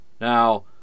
Now